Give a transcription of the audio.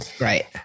Right